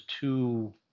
two